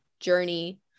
journey